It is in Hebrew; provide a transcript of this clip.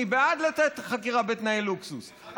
אני בעד לתת חקירה בתנאי לוקסוס,